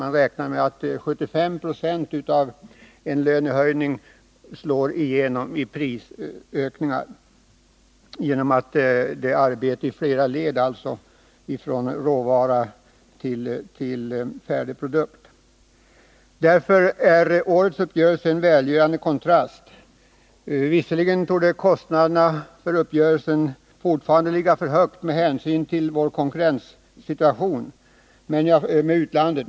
Man räknar med att 75 96 av en lönehöjning slår igenom i prisökningar, då det är fråga om arbete i flera led, från råvara till färdig produkt. Mot denna bakgrund är årets uppgörelse en välgörande kontrast till fjolårets. Visserligen torde kostnaderna för uppgörelsen även i år ligga för högt med hänsyn till vår konkurrenssituation i förhållande till utlandet.